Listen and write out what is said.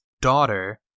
daughter